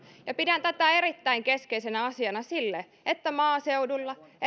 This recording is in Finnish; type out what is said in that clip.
pidän tätä erittäin keskeisenä asiana sille että maaseudulla